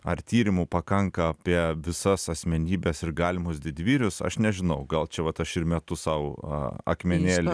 ar tyrimų pakanka apie visas asmenybes ir galimus didvyrius aš nežinau gal čia vat aš ir metu sau akmenėlį